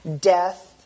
death